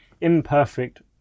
imperfect